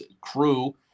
crew